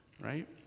right